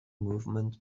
movement